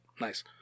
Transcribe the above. nice